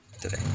today